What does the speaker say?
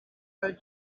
her